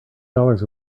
dollars